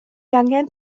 angen